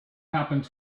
happened